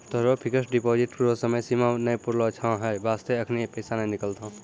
तोहरो fixed deposit रो समय सीमा नै पुरलो छौं है बास्ते एखनी पैसा नै निकलतौं